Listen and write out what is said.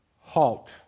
HALT